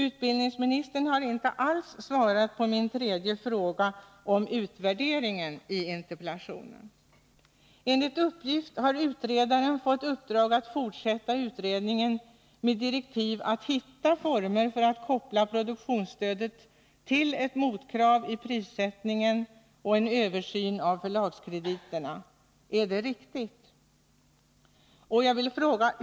Utbildningsministern har inte alls svarat på min tredje fråga i interpellationen om utvärderingen. Enligt uppgift har utredaren fått i uppdrag att fortsätta utredningen med direktiv att hitta fomer för att koppla produktionsstödet till ett motkrav i prissättningen och en översyn av förlagskrediterna. Är detta riktigt?